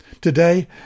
Today